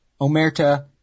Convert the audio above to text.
Omerta